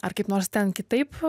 ar kaip nors ten kitaip